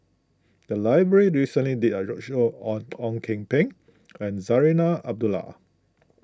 the library recently did a roadshow on Ang Kok Peng and Zarinah Abdullah